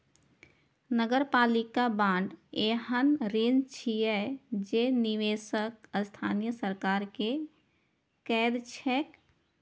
नगरपालिका बांड एहन ऋण छियै जे निवेशक स्थानीय सरकार कें दैत छैक